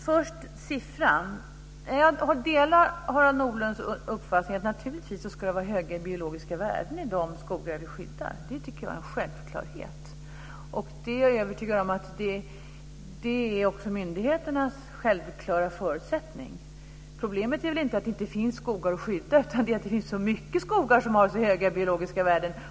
Fru talman! När det först gäller siffran delar jag Harald Nordlunds uppfattning att det naturligtvis ska vara högre biologiska värden i dag av de skogar vi skyddar. Det tycker jag är en självklarhet. Jag är övertygad om att det också är myndigheternas självklara förutsättning. Problemet är väl inte att det inte finns skogar att skydda, utan att det finns så många skogar som har så höga biologiska värden.